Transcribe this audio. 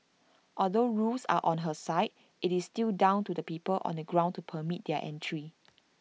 although rules are on her side it's still down to the people on the ground to permit them entry